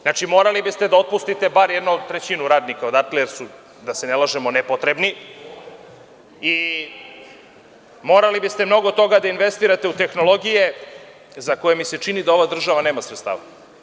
Znači, morali biste da otpustite bar trećinu radnika odatle, jer su, da se ne lažemo, nepotrebni i morali biste mnogo toga da investirate u tehnologije za koje mi se čini da ova država nema sredstava.